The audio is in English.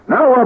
Now